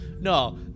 No